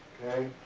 okay.